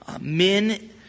men